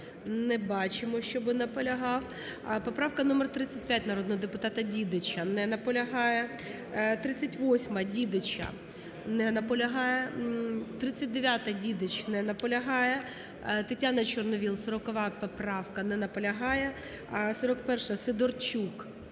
Не бачимо, щоби наполягав. Поправка номер 35 народного депутата Дідича. Не наполягає. 38-а, Дідича. Не наполягає. 39-а, Дідич. Не наполягає. Тетяна Чорновол, 40 поправка. Не наполягає. 41-а, Сидорчук.